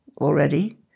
already